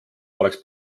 poleks